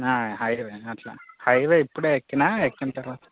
highway అట్ల highway ఇప్పుడే ఎక్కినా ఎక్కిన తరువాత